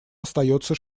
остаётся